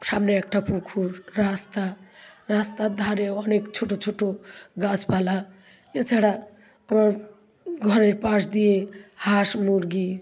সামনে একটা পুকুর রাস্তা রাস্তার ধারে অনেক ছোটো ছোটো গাছপালা এছাড়া ঘরের পাশ দিয়ে হাঁস মুরগি